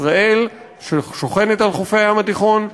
ישראל שוכנת על חופי הים התיכון,